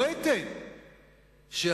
לא אתן שיחתרו